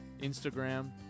Instagram